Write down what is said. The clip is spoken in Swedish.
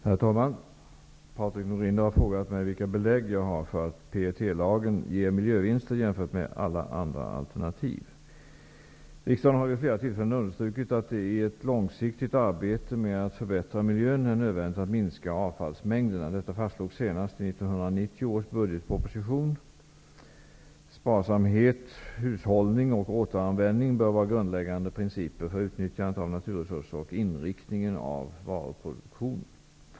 Herr talman! Patrik Norinder har frågat mig vilka belägg jag har för att PET-lagen ger miljövinster jämfört med alla andra alternativ. Riksdagen har vid flera tillfällen understrukit att det i ett långsiktigt arbete med att förbättra miljön är nödvändigt att minska avfallsmängderna. Detta fastslogs senast i 1990 års budgetproposition . Sparsamhet, hushållning och återanvändning bör vara grundläggande principer för utnyttjandet av naturresurser och inriktningen av varuproduktionen.